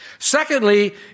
Secondly